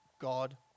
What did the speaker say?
God